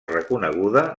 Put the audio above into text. reconeguda